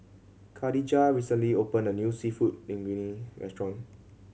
Khadijah recently opened a new Seafood Linguine Restaurant